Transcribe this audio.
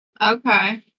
Okay